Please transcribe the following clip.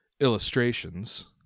illustrations